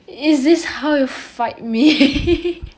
is this how you fight me